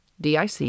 DIC